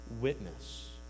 witness